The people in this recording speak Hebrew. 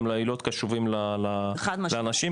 גם להיות קשובים לאנשים,